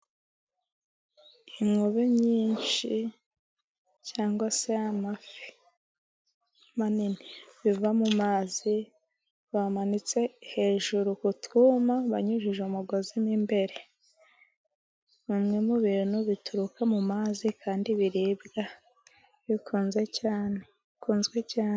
Inkube nyinshi cyangwa se amafi manini biva mumazi, bamanitse hejuru ku twuma, banyujije umugozi imbere. Bimwe mu bintu bituruka mu mazi kandi biribwa, bikunzwe cyane.